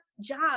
job